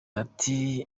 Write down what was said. ati